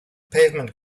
pavement